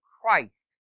Christ